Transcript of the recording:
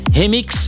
remix